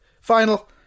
final